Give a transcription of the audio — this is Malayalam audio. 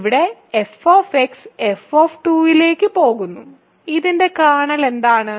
ഇവിടെ f f ലേക്ക് പോകുന്നു ഇതിന്റെ കേർണൽ എന്താണ്